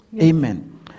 amen